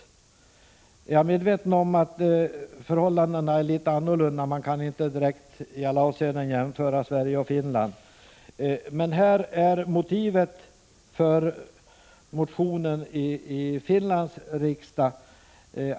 Jag är 170 medveten om att förhållandena är litet annorlunda — man kan inte i alla avseenden direkt jämföra Sverige och Finland, men motivet för förslaget i Prot.